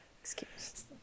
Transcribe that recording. excuse